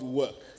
work